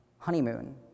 honeymoon